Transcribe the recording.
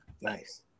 Nice